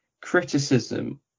criticism